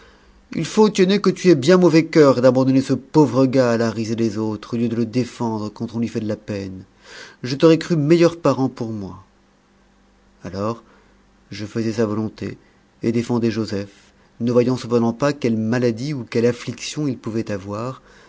il faut tiennet que tu aies bien mauvais coeur d'abandonner ce pauvre gars à la risée des autres au lieu de le défendre quand on lui fait de la peine je t'aurais cru meilleur parent pour moi alors je faisais sa volonté et défendais joseph ne voyant cependant pas quelle maladie ou quelle affliction il pouvait avoir